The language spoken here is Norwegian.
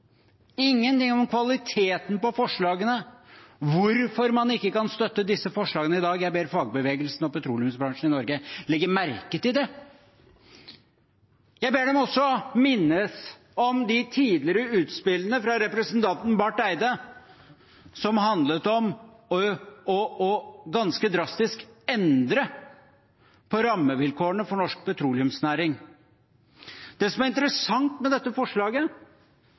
ingenting om kvaliteten på forslagene og hvorfor man ikke kan støtte disse forslagene i dag. Jeg ber fagbevegelsen og petroleumsbransjen i Norge legge merke til det. Jeg ber dem også minnes de tidligere utspillene fra representanten Barth Eide som handlet om ganske drastisk å endre på rammevilkårene for norsk petroleumsnæring. Det som er interessant med dette forslaget,